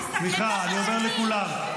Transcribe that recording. תסתכל, אני אומר לכולם,